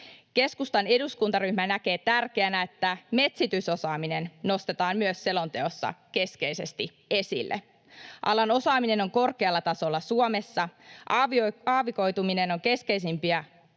Keskustan eduskuntaryhmä näkee tärkeänä, että myös metsitysosaaminen nostetaan selonteossa keskeisesti esille. Alan osaaminen on korkealla tasolla Suomessa. Aavikoituminen on keskeisimpiä